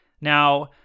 Now